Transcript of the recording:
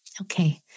Okay